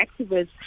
activists